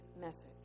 message